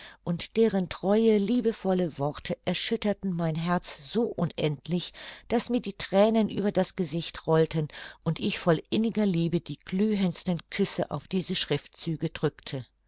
und deren treue liebevolle worte erschütterten mein herz so unendlich daß mir die thränen über das gesicht rollten und ich voll inniger liebe die glühendsten küsse auf diese schriftzüge drückte